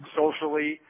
socially